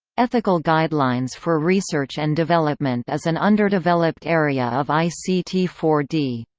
ethical guidelines for research and development is an underdeveloped area of i c t four d.